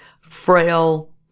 Frail